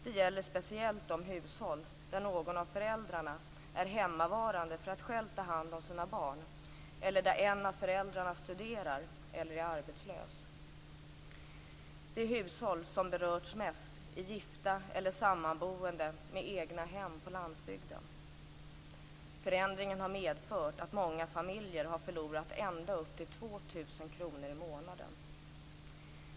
Det gäller speciellt de hushåll där någon av föräldrarna är hemmavarande för att själv ta hand om sina barn eller där en av föräldrarna studerar eller är arbetslös. De hushåll som berörts mest är gifta eller sammanboende med egnahem på landsbygden. Förändringen har medfört att många familjer har förlorat ända upp till 2 000 kr i månaden.